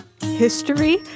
history